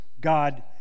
God